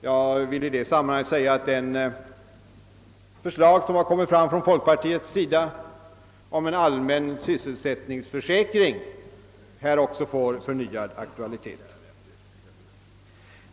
Jag vill i detta sammanhang säga, att det förslag som framkommit från folkpartiet om en allmän sysselsättningsförsäkring här också får förnyad aktualitet.